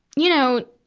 you know,